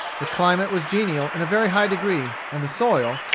the climate was genial in a very high degree, and the soil,